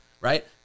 Right